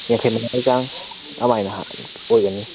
ꯌꯥꯡꯈꯩ ꯃꯉꯥꯒꯤ ꯆꯥꯡ ꯑꯗꯨꯃꯥꯏꯅ ꯍꯥꯏ ꯑꯣꯏꯒꯅꯤ